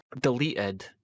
deleted